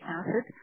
acid